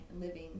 Living